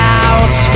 out